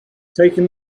taking